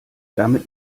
damit